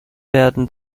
werden